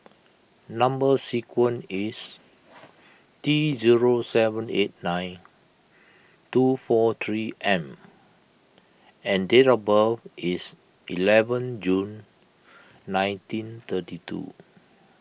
Number Sequence is T zero seven eight nine two four three M and date of birth is eleven June nineteen thirty two